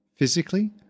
physically